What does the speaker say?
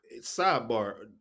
Sidebar